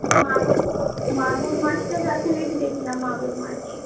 মা মাগুর মাছ টাছ আছে নাকি দেখুন না মাগুর মাছ